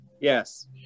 Yes